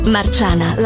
Marciana